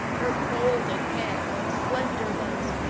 her golden hair and slender limbs,